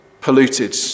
polluted